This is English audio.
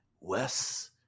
Wes